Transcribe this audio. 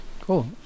Cool